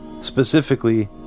specifically